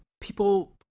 people